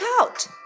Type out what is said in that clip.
out